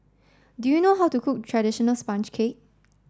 do you know how to cook traditional sponge cake